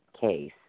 case